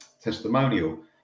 testimonial